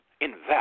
Invest